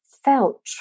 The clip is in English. felt